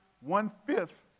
one-fifth